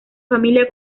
familia